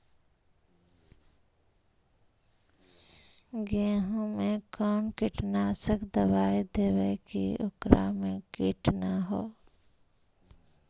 गेहूं में कोन कीटनाशक दबाइ देबै कि ओकरा मे किट न हो?